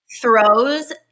throws